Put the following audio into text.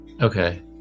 Okay